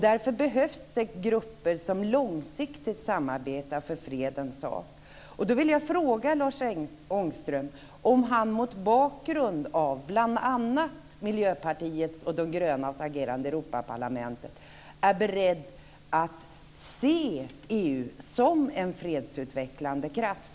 Därför behövs det grupper som långsiktigt samarbetar för fredens sak. Europaparlamentet är beredd att se EU som en fredsutvecklande kraft.